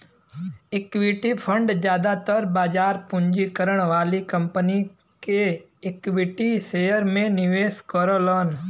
equity fund जादातर बाजार पूंजीकरण वाली कंपनी के इक्विटी शेयर में निवेश करलन